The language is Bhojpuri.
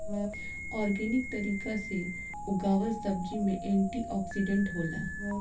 ऑर्गेनिक तरीका से उगावल सब्जी में एंटी ओक्सिडेंट होला